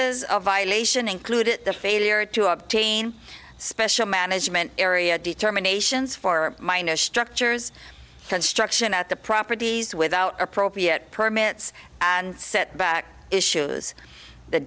of violation included the failure to obtain special management area determinations for minor structures construction at the properties without appropriate permits and setback issues the